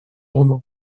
roman